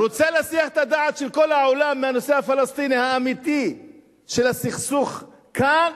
הוא רוצה להסיח את דעת כל העולם מהנושא האמיתי של הסכסוך כאן,